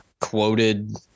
quoted